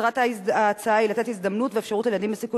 מטרת ההצעה היא לתת הזדמנות ואפשרות לילדים בסיכון